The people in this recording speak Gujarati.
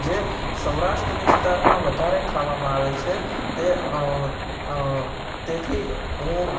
જે સૌરાષ્ટ્ર વિસ્તારમાં વધારે ખાવામાં આવે છે તે તેથી હું